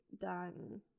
done